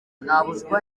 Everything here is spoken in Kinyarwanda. nabuzwa